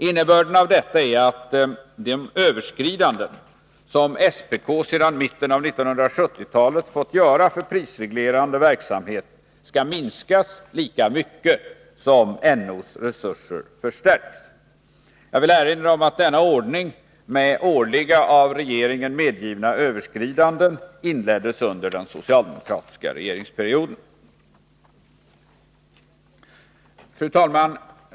Innebörden av detta är att de överskridanden som SPK sedan mitten av 1970-talet fått göra för prisreglerande verksamhet skall minskas lika mycket som NO:s resurser förstärks. Jag vill erinra om att ordningen med årliga av regeringen medgivna överskridanden inleddes under den socialdemokratiska regeringsperioden. Fru talman!